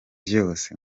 vyose